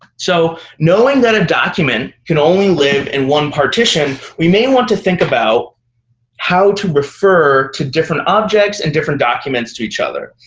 so knowing that a document can only live in one partition, we may want to think about how to refer to different objects and different documents to each other,